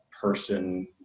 person